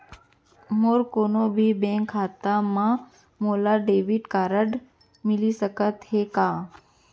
मोर कोनो भी बैंक खाता मा मोला डेबिट कारड मिलिस सकत हे का?